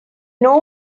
know